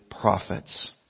prophets